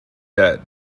dead